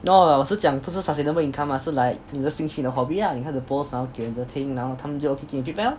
no lah 我是讲不是 sustainable income lah 是 like 你的兴趣你的 hobby ah 你开始播 some 给人家听然后他们就可以给你 feedback lor